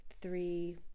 three